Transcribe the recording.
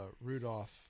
Rudolph